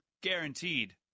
Guaranteed